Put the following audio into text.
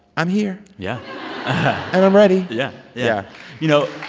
i'm here yeah and i'm ready yeah. yeah you know